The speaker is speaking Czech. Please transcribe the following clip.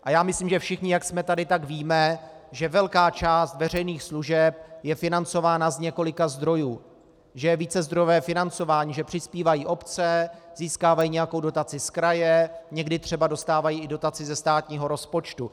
A já myslím, že všichni, jak jsme tady, víme, že velká část veřejných služeb je financována z několika zdrojů, že je vícezdrojové financování, že přispívají obce, získávají nějakou dotaci z kraje, někdy třeba dostávají i dotaci ze státního rozpočtu.